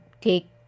take